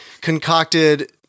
concocted